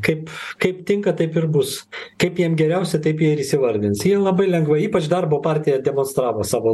kaip kaip tinka taip ir bus kaip jiem geriausia taip jie ir įsivardins jie ir labai lengvai ypač darbo partija demonstravo savo